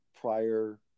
prior